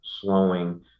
slowing